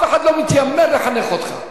אף אחד לא מתיימר לחנך אותך.